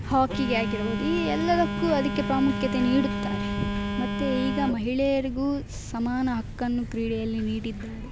ಹಾಕಿಗೆ ಆಗಿರ್ಬೋದು ಈ ಎಲ್ಲದಕ್ಕೂ ಅದಕ್ಕೆ ಪ್ರಾಮುಖ್ಯತೆ ನೀಡುತ್ತಾರೆ ಮತ್ತು ಈಗ ಮಹಿಳೆಯರಿಗೂ ಸಮಾನ ಹಕ್ಕನ್ನು ಕ್ರೀಡೆಯಲ್ಲಿ ನೀಡಿದ್ದಾರೆ